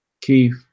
Keith